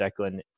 Declan